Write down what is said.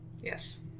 Yes